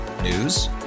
News